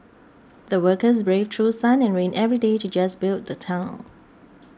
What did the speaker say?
the workers braved through sun and rain every day to just build the tunnel